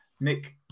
Nick